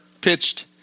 pitched